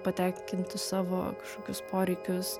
patenkintų savo kokius poreikius